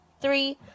three